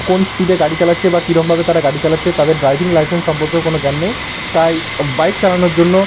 কোন স্পিডে গাড়ি চালাচ্ছে বা কীরমভাবে তারা গাড়ি চালাচ্ছে তাদের ড্রাইভিং লাইসেন্স সম্পর্কেও কোনো জ্ঞান নেই তাই বাইক চালানোর জন্য